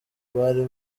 bari